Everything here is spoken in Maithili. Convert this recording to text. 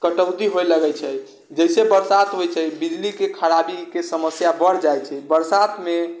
कटौती हुअ लगै छै जइसे बरसात होइ छै बिजलीके खराबीके समस्या बढ़ि जाइ छै बरसातमे